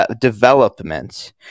development